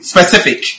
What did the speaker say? Specific